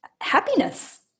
happiness